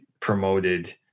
promoted